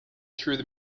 through